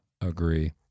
agree